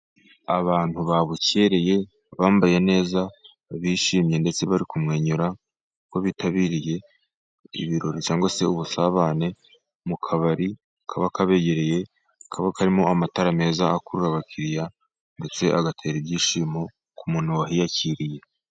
Abantu babukereye, bambaye neza, bishimye, ndetse bari kumwenyura, uko bitabiriye ibirori cyangwa se ubusabane mu kabari kaba kabegereye, kaba karimo amatara meza akurura abakiriya, ndetse agatera ibyishimo ku muntu wahiyakiriye.